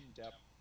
depth